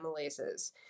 amylases